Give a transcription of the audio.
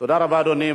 תודה רבה, אדוני.